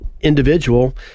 individual